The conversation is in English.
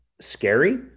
scary